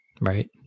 Right